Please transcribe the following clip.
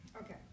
okay